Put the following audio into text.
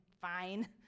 Fine